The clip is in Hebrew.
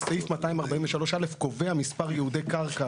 סעיף 243(א) קובע מספר ייעודי קרקע,